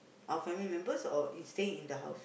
our family members or is staying the house